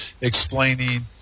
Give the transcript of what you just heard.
explaining